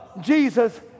Jesus